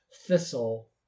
Thistle